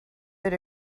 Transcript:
did